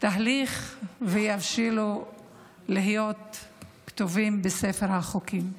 תהליך ויבשילו להיות כתובות בספר החוקים.